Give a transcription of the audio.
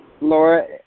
Laura